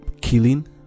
killing